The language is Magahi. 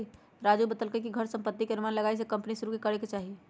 राजू बतलकई कि घर संपत्ति के अनुमान लगाईये के कम्पनी शुरू करे के चाहि